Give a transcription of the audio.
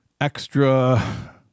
extra